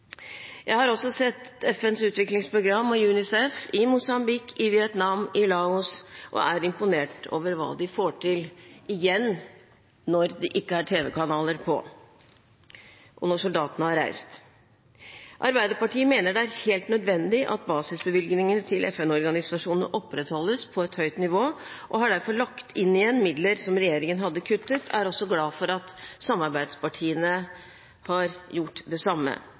Jeg har sett FNs utviklingsprogram og UNICEF i Mosambik, Vietnam og Laos og er imponert over hva de får til – igjen: når det ikke er tv-kanaler på, og når soldatene har reist. Arbeiderpartiet mener det er helt nødvendig at basisbevilgningene til FN-organisasjonene opprettholdes på et høyt nivå, og har derfor lagt inn igjen midler som regjeringen hadde kuttet. Jeg er også glad for at samarbeidspartiene har gjort det samme.